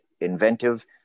inventive